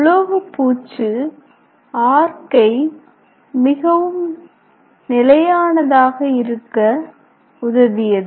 உலோகபூச்சு ஆர்க்கை மிகவும் நிலையானதாக இருக்க உதவியது